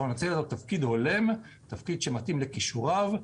אנחנו נציע לו תפקיד הולם, תפקיד שמתאים לכישוריו.